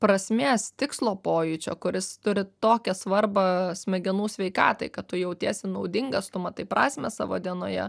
prasmės tikslo pojūčio kuris turi tokią svarbą smegenų sveikatai kad tu jautiesi naudingas tu matai prasmę savo dienoje